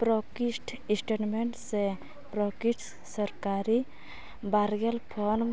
ᱯᱨᱚᱠᱤᱥᱴ statement ᱥᱮ ᱯᱨᱚᱠᱤᱥᱴ ᱥᱟᱨᱠᱟᱨᱤ ᱵᱟᱨᱜᱮᱞ ᱯᱷᱚᱨᱢ